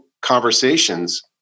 conversations